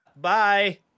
Bye